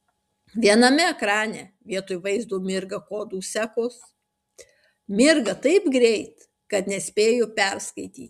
viename ekrane vietoj vaizdo mirga kodų sekos mirga taip greit kad nespėju perskaityti